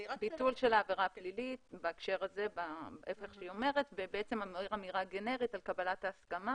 ביטול של העבירה הפלילית ובעצם זה אומר אמירה גנרית על קבלת ההסכמה.